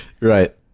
Right